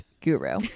guru